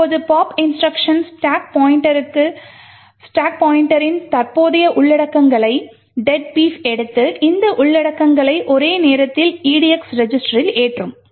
இப்போது pop instruction stack பாயிண்டரின் தற்போதைய உள்ளடக்கங்களை "deadbeef" எடுத்து இந்த உள்ளடக்கங்களை ஒரே நேரத்தில் edx ரெஜிஸ்டரில் ஏற்றும்